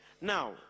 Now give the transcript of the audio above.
Now